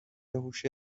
هوش